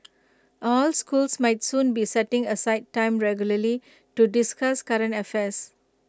all schools might soon be setting aside time regularly to discuss current affairs